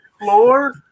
floor